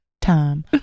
time